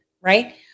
right